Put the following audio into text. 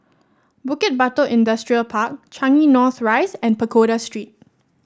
Bukit Batok Industrial Park Changi North Rise and Pagoda Street